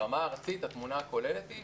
ברמה הארצית התמונה הכוללת היא,